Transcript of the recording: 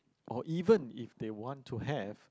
or even if they want to have